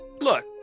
Look